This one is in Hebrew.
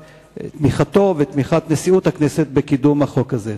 תמיכתו ועל תמיכת נשיאות הכנסת בקידום החוק הזה.